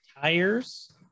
Tires